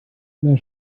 einer